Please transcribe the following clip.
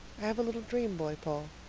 have a little dream boy, paul.